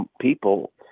people